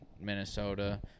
Minnesota